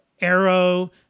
Arrow